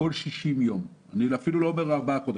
בכל 60 ימים, אני אפילו לא אומר ארבעה חודשים.